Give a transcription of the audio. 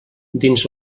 dins